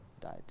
died